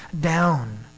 down